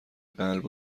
قلب